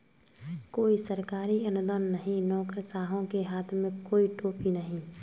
कोई सरकारी अनुदान नहीं, नौकरशाहों के हाथ में कोई टोपी नहीं